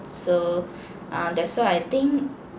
so uh that's why I think